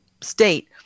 state